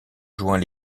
joint